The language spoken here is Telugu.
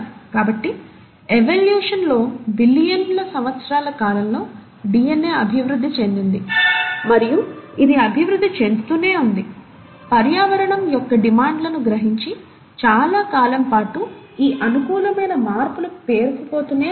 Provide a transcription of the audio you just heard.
కాబట్టి ఎవల్యూషన్లో బిలియన్ల సంవత్సరాల కాలంలో డిఎన్ఏ అభివృద్ధి చెందింది మరియు ఇది అభివృద్ధి చెందుతూనే ఉంది పర్యావరణం యొక్క డిమాండ్లను గ్రహించి చాలా కాలం పాటు ఈ అనుకూలమైన మార్పులు పేరుకుపోతూనే ఉన్నాయి